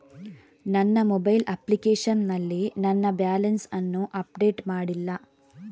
ನನ್ನ mobile application ನಲ್ಲಿ ನನ್ನ ಬ್ಯಾಲೆನ್ಸ್ ಅನ್ನು ಅಪ್ಡೇಟ್ ಮಾಡ್ಲಿಲ್ಲ